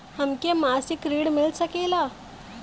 हमके मासिक ऋण मिल सकेला?